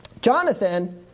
Jonathan